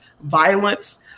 violence